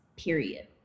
period